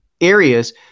areas